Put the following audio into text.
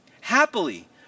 happily